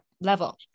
level